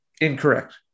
Incorrect